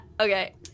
okay